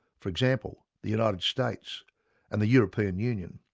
for example the united states and the european union.